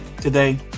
today